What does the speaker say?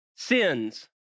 sins